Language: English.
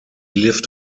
lived